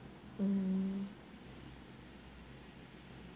mm